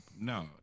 no